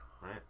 Right